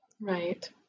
Right